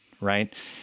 right